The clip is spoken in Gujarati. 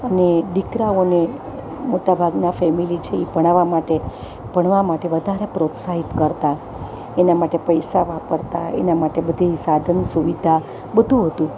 અને દીકરાઓને મોટાભાગના ફેમિલી છે ઈ ભણાવવા માટે ભણવા માટે વધારે પ્રોત્સાહિત કરતા એના માટે પૈસા વાપરતા એના માટે બધી સાધન સુવિધા બધુ હતું